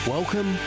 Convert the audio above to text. Welcome